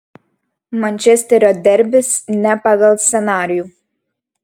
mančesterio derbis ne pagal scenarijų